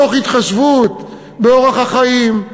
תוך התחשבות באורח החיים,